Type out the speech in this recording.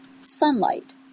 Sunlight